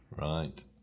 Right